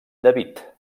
david